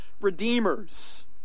redeemers